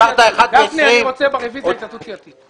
אמרת 13:20. אני רוצה ברביזיה התייעצות סיעתית.